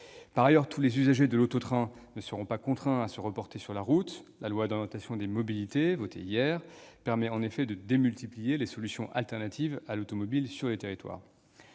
Par ailleurs, tous les usagers de l'auto-train ne seront pas contraints de se reporter vers la route. La loi d'orientation des mobilités, votée hier, permet en effet de démultiplier les solutions alternatives à l'automobile sur les territoires.